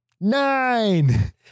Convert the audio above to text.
nine